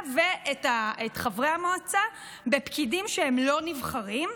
ואת חברי המועצה בפקידים שהם לא נבחרים,